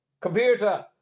Computer